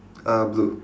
uh blue